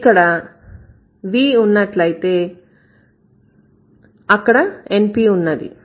ఇక్కడ V ఉన్నట్లయితే అక్కడ NP ఉన్నది